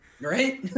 Right